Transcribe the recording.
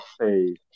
say